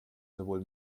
sowohl